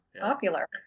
popular